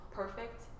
perfect